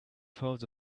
clouds